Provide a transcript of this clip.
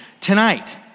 tonight